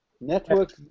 Network